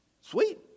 Sweet